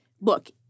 look